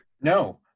no